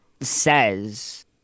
says